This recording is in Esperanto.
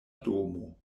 domo